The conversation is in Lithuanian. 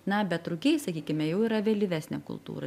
na bet rugiai sakykime jau yra vėlyvesnė kultūra